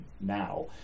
now